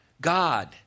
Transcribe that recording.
God